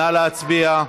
נא להצביע.